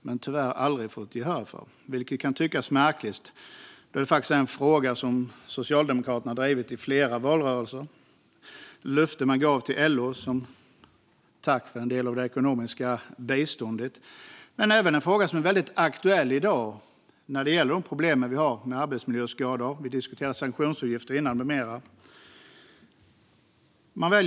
Tyvärr har vi aldrig fått gehör för den, vilket kan tyckas märkligt då det är en fråga som socialdemokraterna har drivit i flera valrörelser. Det är ett löfte man gav till LO som tack för en del av det ekonomiska biståndet men även en fråga som är väldigt aktuell i dag när det gäller de problem vi har med arbetsmiljöskador. Vi diskuterade ju sanktionsavgifter med mera tidigare.